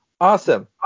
Awesome